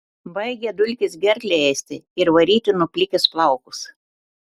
baigia dulkės gerklę ėsti ir varyti nuo plikės plaukus